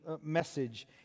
message